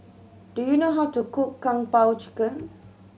do you know how to cook Kung Po Chicken